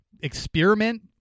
experiment